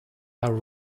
are